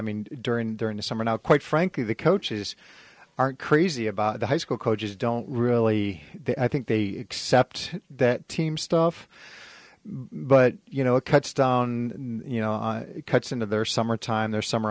mean during during the summer now quite frankly the coaches aren't crazy about the high school coaches don't really i think they cept that team stuff but you know it cuts down you know cuts into their summer time their summer